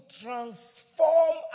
transform